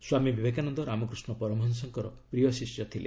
ସ୍ୱାମୀ ବିବେକାନନ୍ଦ ରାମକୃଷ୍ଣ ପରମହଂସଙ୍କର ପ୍ରିୟ ଶିଷ୍ୟ ଥିଲେ